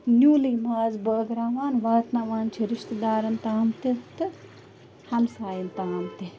نیوٗلٕے ماز بٲگراوان واتناوان چھِ رِشتہٕ دارَن تام تہِ تہٕ ہمسایَن تام تہِ